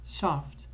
soft